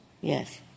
Yes